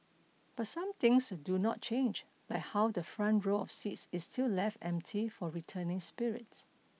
but some things do not change like how the front row of seats is still left empty for returning spirits